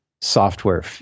software